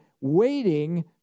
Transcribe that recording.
waiting